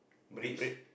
Marine-Parade